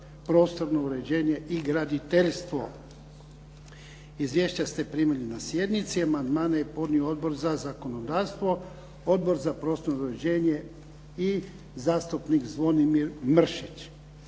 prostorno uređenje i graditeljstvo. Izvješća ste primili na sjednici. Amandmane je podnio Odbor za zakonodavstvo, Odbor za prostorno uređenje i zastupnik Zvonimir Mršić.